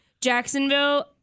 Jacksonville